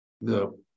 No